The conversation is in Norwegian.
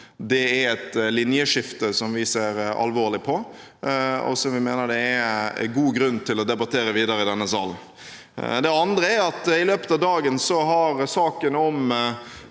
Det er et linjeskifte som vi ser alvorlig på, og som vi mener det er god grunn til å debattere videre i denne salen. Det andre er at i løpet av dagen har saken om